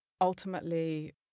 ultimately